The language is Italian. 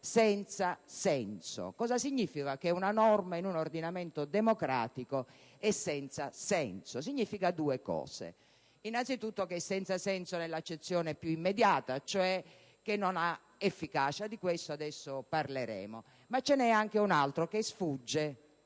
senza senso. Che significa che una norma in un ordinamento democratico è senza senso? Significa due cose: innanzi tutto che è senza senso nell'accezione più immediata, cioè che non ha efficacia (e di questo parleremo); in secondo luogo (significato che sfugge